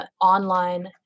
online